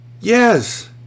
Yes